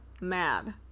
mad